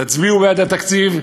תצביעו בעד התקציב,